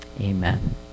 Amen